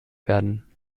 werden